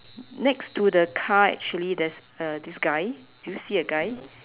next to the car actually there's uh this guy do you see a guy